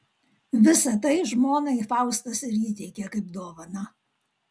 visa tai žmonai faustas ir įteikė kaip dovaną